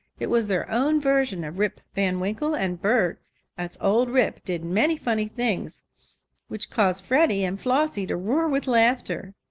it was their own version of rip van winkle, and bert as old rip did many funny things which caused freddie and flossie to roar with laughter.